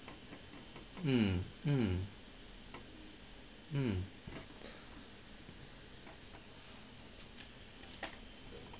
mm mm mm